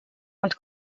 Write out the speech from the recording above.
und